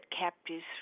captives